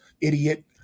idiot